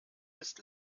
ist